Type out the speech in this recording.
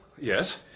Yes